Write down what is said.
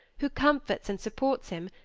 who comforts and supports him,